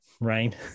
right